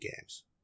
games